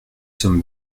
sommes